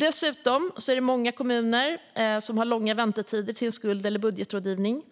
Dessutom är det många kommuner som har långa väntetider till skuld eller budgetrådgivning.